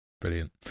Brilliant